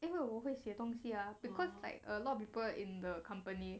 因为我会写东西 ah because like a lot of people in the company